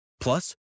Plus